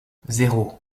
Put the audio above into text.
zéro